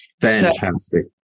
Fantastic